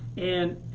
and